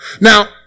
Now